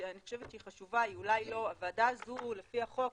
אולמות אירועים,